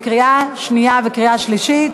קריאה שנייה וקריאה שלישית.